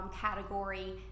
category